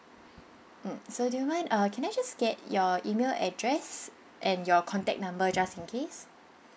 mm so do you mind uh can I just get your email address and your contact number just in case